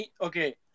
okay